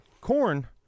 corn